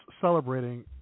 celebrating